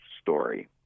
story